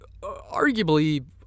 arguably